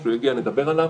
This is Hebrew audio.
כשהוא יגיע נדבר עליו.